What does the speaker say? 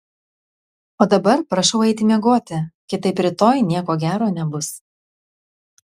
o dabar prašau eiti miegoti kitaip rytoj nieko gero nebus